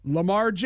Lamar